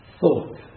thought